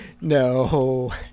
no